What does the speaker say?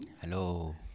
hello